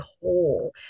whole